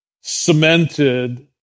cemented